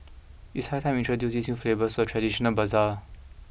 it is high time we introduce these new flavours in a traditional bazaar